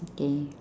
okay